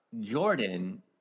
Jordan